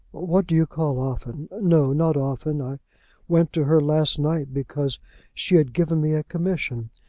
what do you call often? no not often. i went to her last night because she had given me a commission.